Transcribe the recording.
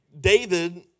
David